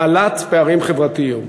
בעלת פערים חברתיים.